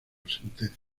sentencia